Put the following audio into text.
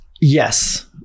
Yes